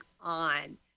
on